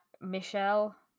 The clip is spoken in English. michelle